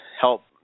help